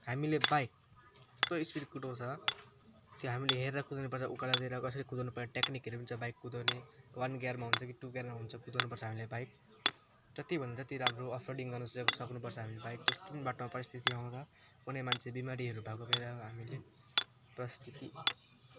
हामीले बाइक यस्तो स्पिड कुदाउँछ त्यो हामीले हेरेर कुदाउनुपर्छ उकालोतिर कसरी कुदाउनुपर्ने टेक्निकहरू हुन्छ बाइक कुदाउने वान गियरमा हुन्छ कि टु गियरमा हुन्छ कुदाउनुपर्छ हामीले बाइक जति भन्यो जति राम्रो अफ रोडिङ गर्नु सक्नुपर्छ हामीले बाइक जस्तो पनि बाटोमा परिस्थिति आउँदा कुनै मान्छे बिमारीहरू भएको बेलामा हामीले प्रस्तुति